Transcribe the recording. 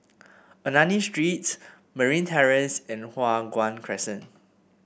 Ernani Street Marine Terrace and Hua Guan Crescent